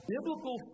biblical